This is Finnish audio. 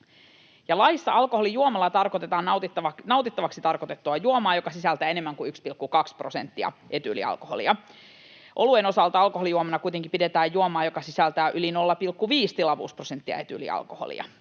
Laissa alkoholijuomalla tarkoitetaan nautittavaksi tarkoitettua juomaa, joka sisältää enemmän kuin 1,2 prosenttia etyylialkoholia. Oluen osalta alkoholijuomana kuitenkin pidetään juomaa, joka sisältää yli 0,5 tilavuusprosenttia etyylialkoholia.